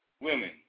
Women